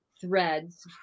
threads